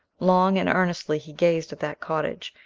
long and earnestly he gazed at that cottage,